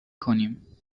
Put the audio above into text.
کنیم